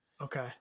Okay